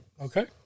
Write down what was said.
okay